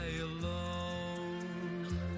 alone